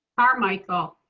carmichael.